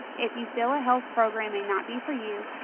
if you feel a health program may not be for you,